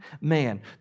man